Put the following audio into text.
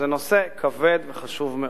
זה נושא כבד וחשוב מאוד.